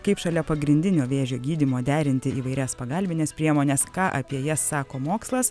kaip šalia pagrindinio vėžio gydymo derinti įvairias pagalbines priemones ką apie jas sako mokslas